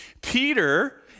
Peter